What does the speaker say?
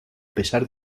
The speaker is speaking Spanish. pesar